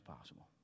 possible